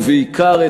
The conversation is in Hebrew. ובעיקר,